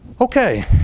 Okay